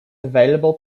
available